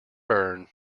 burn